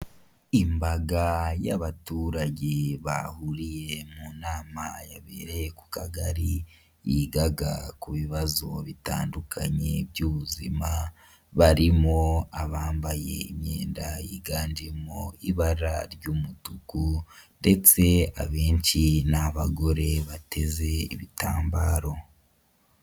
Imbaga y'abaturage bahuriye mu nama yabereye ku kagari yigaga ku bibazo bitandukanye by'ubuzima, barimo abambaye imyenda yiganjemo ibara ry'umutuku ndetse abenshi ni abagore bateze ibitambaro.